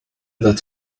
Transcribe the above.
that